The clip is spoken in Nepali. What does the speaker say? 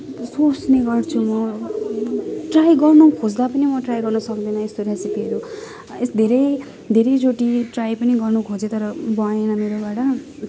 सोच्ने गर्छु म ट्राई गर्नु खोज्दा पनि म ट्राई गर्नु सक्दिनँ यस्तो रेसिपीहरू धेरै धेरैचोटि ट्राई पनि गर्नु खोजेँ तर बनेन मेरोबाट